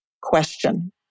question